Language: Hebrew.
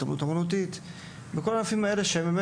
כמו התעמלות אומנותית; בכל הענפים הגדולים,